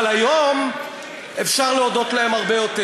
אבל היום אפשר להודות להם הרבה יותר.